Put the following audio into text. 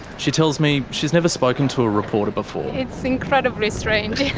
she tells me she's never spoken to a reporter before. it's incredibly strange,